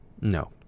No